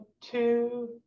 two